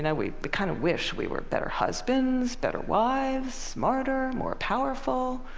yeah we but kind of wish we were better husbands, better wives, smarter, more powerful,